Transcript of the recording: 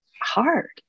hard